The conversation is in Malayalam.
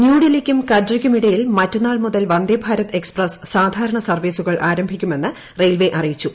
ന്യൂഡൽഹിക്കും കട്രയ്ക്കുമിടയിൽ മറ്റന്നാൾ മുതൽ വന്ദേഭാരത് എക്സ്പ്രസ് സാധാരണ സർവ്വീസുകൾ ആരംഭിക്കുമെന്ന് റെയിൽവേ അറിയിച്ചു